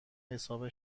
حساب